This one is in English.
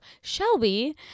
Shelby